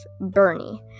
Bernie